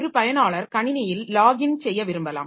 ஒரு பயனாளர் கணினியில் லாக்இன் செய்ய விரும்பலாம்